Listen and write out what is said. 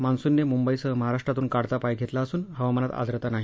मान्सूनने मुंबईसह महाराष्टातून काढता पाय घेतला असून हवामानात आर्द्रता नाही